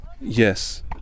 Yes